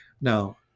Now